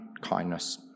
kindness